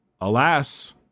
alas